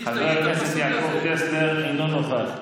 חבר הכנסת יעקב טסלר, אינו נוכח,